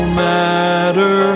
matter